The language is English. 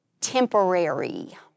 temporary